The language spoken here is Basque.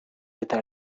eta